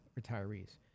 retirees